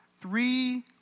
three